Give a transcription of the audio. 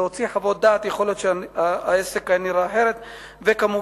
להוציא חוות דעת, יכול להיות שהעסק היה נראה אחרת.